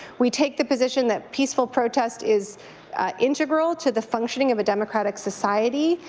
we take the position that peaceful protest is integral to the functioning of a democratic society.